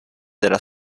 della